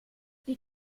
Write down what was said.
die